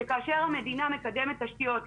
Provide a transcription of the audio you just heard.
שכאשר המדינה מקדמת תשתיות,